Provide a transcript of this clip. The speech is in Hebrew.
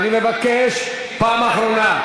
ואני מבקש פעם אחרונה.